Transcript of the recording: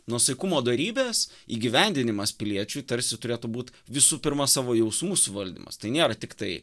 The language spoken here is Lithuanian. nuosaikumo dorybės įgyvendinimas piliečiui tarsi turėtų būt visų pirma savo jausmų suvaldymas tai nėra tiktai